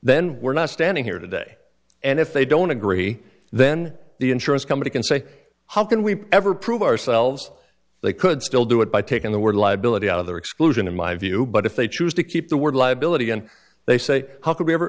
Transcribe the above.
then we're not standing here today and if they don't agree then the insurance company can say how can we ever prove ourselves they could still do it by taking the word liability out of their exclusion in my view but if they choose to keep the word liability and they say how could we ever